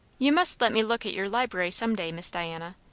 you must let me look at your library some day, miss diana.